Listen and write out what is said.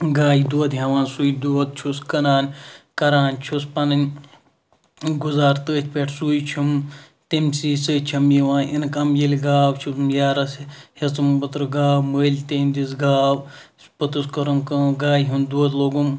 گایہِ دۄد ہیٚوان سُے دۄد چھُس کٕنان کَران چھُس پَنٕنۍ گُزار تٔتھۍ پیٹھ سُے چھُم تٔمسی سۭتۍ چھم یِوان اِنکَم ییٚلہِ گاو چھِ یارَس ہیٚژٕم اوترٕ گاو مٔلۍ تٔمۍ دِژ گاو پوٚتُس کٔرٕم کٲم گایہِ ہُند دۄد لوگُم